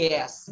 Yes